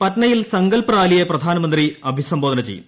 പറ്റ്നയിൽ ്സ്ങ്കൽപ് റാലിയെ പ്രധാനമന്ത്രി അഭിസംബോധീന്റ ചെയ്യും